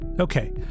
Okay